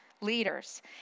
leaders